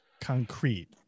concrete